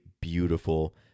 beautiful